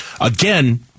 Again